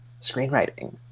screenwriting